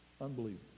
Unbelievable